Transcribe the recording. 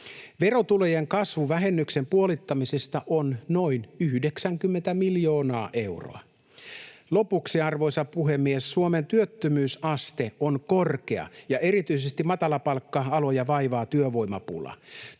Verotulojen kasvu vähennyksen puolittamisesta on noin 90 miljoonaa euroa. Lopuksi, arvoisa puhemies: Suomen työttömyysaste on korkea, ja erityisesti matalapalkka-aloja vaivaa työvoimapula.